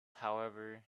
however